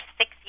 six